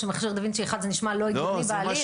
שמכשיר דה וינצ'י אחד זה נשמע לא הגיוני בעליל?